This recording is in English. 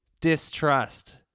distrust